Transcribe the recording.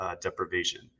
deprivation